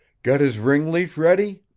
got his ring leash ready?